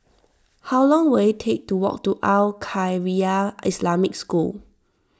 how long will it take to walk to Al Khairiah Islamic School